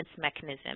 mechanism